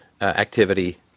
activity